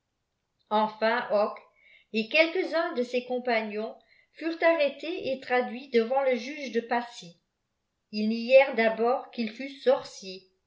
enfin hocque et quelques-uns de ses compagnons furent arrêtés et traduits devant le juge de pacy ils nièrent d'abord qu'ils fussent sorciers